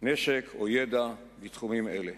נשק או ידע בתחומים אלה.